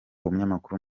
umunyamakuru